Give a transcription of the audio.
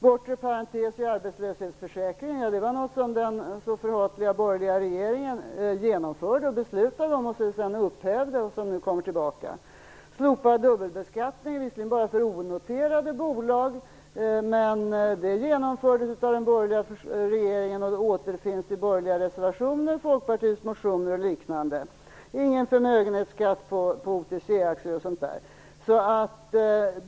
Bortre parentes i arbetslöshetsförsäkringen, ja, det var något som den så förhatliga borgerliga regeringen beslutade om och genomförde, något som ni sedan upphävde och som nu kommer tillbaka. Slopad dubbelbeskattning, visserligen bara för onoterade bolag, genomfördes av den borgerliga regeringen och återfinns i borgerliga reservationer, Folkpartiets motioner och liknande. Ingen förmögenhetsskatt på OTC-aktier är ett annat exempel.